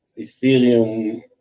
Ethereum